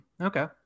okay